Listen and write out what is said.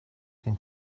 can